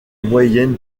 moyenne